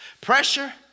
Pressure